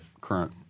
current